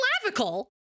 clavicle